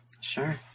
Sure